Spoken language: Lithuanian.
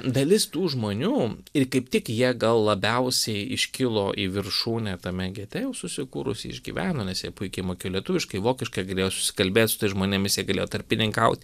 dalis tų žmonių ir kaip tik jie gal labiausiai iškilo į viršūnę tame gete jau susikūrus jį išgyveno nes jie puikiai mokėjo lietuviškai vokiškai galėjo susikalbėt su tais žmonėmis jie galėjo tarpininkauti